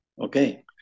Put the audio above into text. Okay